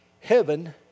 heaven